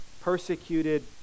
persecuted